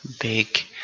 Big